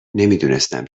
نمیدونستم